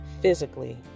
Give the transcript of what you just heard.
physically